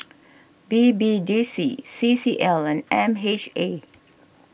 B B D C C C L and M H A